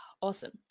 Awesome